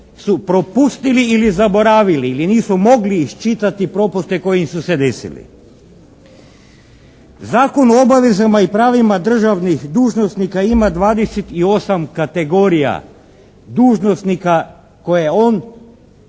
su propustili ili zaboravili, ili nisu mogli iščitati propuste koji su im se desili. Zakon o obavezama i pravima državnih dužnosnika ima 28 kategorija dužnosnika koje on